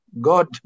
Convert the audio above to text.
God